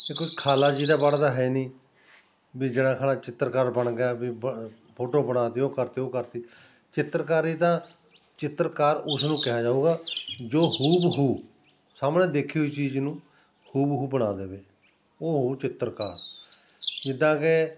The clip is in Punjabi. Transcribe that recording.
ਇਹ ਕੋਈ ਖਾਲਾ ਜੀ ਦਾ ਵਾੜਾ ਤਾਂ ਹੈ ਨਹੀਂ ਵੀ ਜਣਾ ਖਣਾ ਚਿੱਤਰਕਾਰ ਬਣ ਗਿਆ ਵੀ ਬ ਫੋਟੋ ਬਣਾ ਤੀ ਉਹ ਕਰਤੇ ਉਹ ਕਰਤੀ ਚਿੱਤਰਕਾਰੀ ਤਾਂ ਚਿੱਤਰਕਾਰ ਉਸ ਨੂੰ ਕਿਹਾ ਜਾਊਗਾ ਜੋ ਹੂ ਬ ਹੂ ਸਾਹਮਣੇ ਦੇਖੀ ਹੋਈ ਚੀਜ਼ ਨੂੰ ਹੂ ਬ ਹੂ ਬਣਾ ਦੇਵੇ ਉਹ ਹੋਊ ਚਿੱਤਰਕਾਰ ਜਿੱਦਾਂ ਕਿ